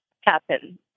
happen